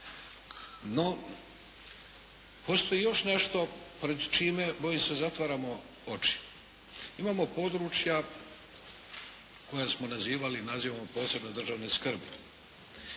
No, postoji još nešto pred čime, bojim se, zatvaramo oči. Imamo područja koja smo nazivali i nazivamo od posebne državne skrbi,